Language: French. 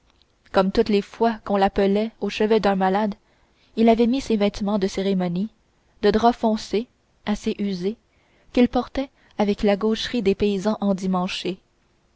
comme toutes les fois qu'on l'appelait au chevet d'un malade il avait mis ses vêtements de cérémonie de drap foncé assez usés qu'il portait avec la gaucherie des paysans endimanchés